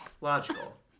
Logical